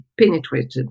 penetrated